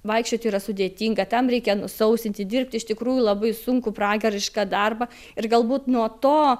vaikščioti yra sudėtinga tam reikia nusausinti dirbt iš tikrųjų labai sunkų pragarišką darbą ir galbūt nuo to